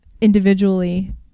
individually